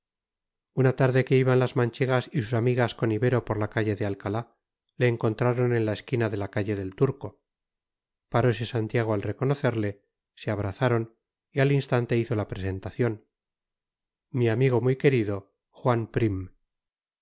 una tarde que iban las manchegas y sus amigas con ibero por la calle de alcalá le encontraron en la esquina de la calle del turco parose santiago al reconocerle se abrazaron y al instante hizo la presentación mi amigo muy querido juan prim